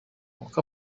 uko